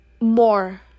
more